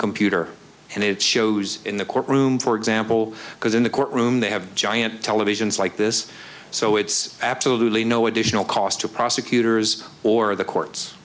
computer and it shows in the courtroom for example because in the courtroom they have giant televisions like this so it's absolutely no additional cost to prosecutors or the courts